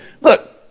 Look